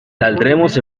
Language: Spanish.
saldremos